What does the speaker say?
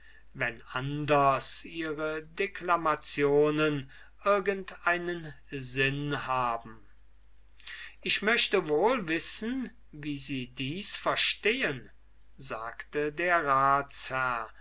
wenn anders ihre declamationen irgend einen sinn haben ich möchte wohl wissen wie sie dies verstehen sagte der ratsherr